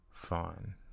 fun